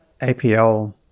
APL